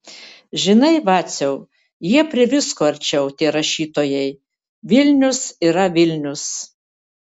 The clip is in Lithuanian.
žinai vaciau jie prie visko arčiau tie rašytojai vilnius yra vilnius